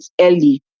early